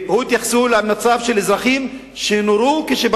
הם התייחסו למצב של אזרחים שנורו כאשר